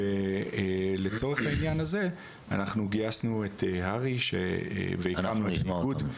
ולצורך העניין הזה אנחנו גייסנו את הר"י והקמנו את האיגוד.